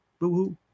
Boo-hoo